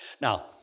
Now